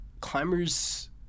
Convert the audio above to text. climbers